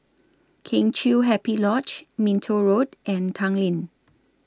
Kheng Chiu Happy Lodge Minto Road and Tanglin